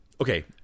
Okay